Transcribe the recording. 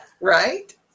right